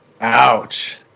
Ouch